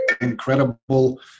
incredible